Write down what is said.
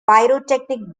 pyrotechnic